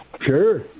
Sure